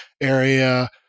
area